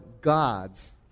gods